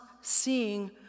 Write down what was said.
seeing